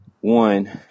one